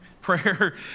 prayer